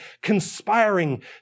conspiring